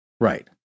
Right